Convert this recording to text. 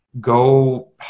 go